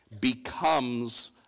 becomes